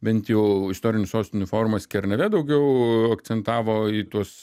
bent jau istorinių sostinių forumas kernavė daugiau akcentavo į tuos